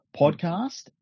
Podcast